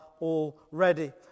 Already